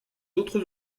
autres